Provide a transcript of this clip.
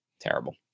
terrible